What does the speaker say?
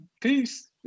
peace